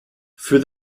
für